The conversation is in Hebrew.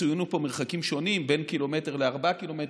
ציינו פה מרחקים שונים בין 1 ק"מ ל-4 ק"מ,